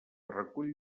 recull